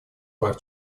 прав